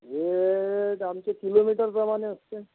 rate आमचे किलोमीटरप्रमाणे असते